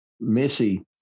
Missy